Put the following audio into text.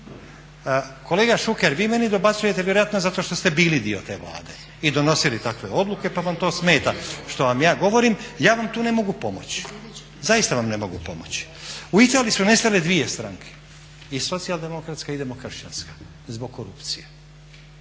Kolega Šuker vi meni dobacujete vjerojatno zato što ste bili dio te Vlade i donosili takve odluke pa vam to smeta što vam ja govorim, ja vam tu ne mogu pomoći, zaista vam ne mogu pomoći. U Italiji su nestale dvije stranke i socijaldemokratska i demokršćanska zbog korupcije.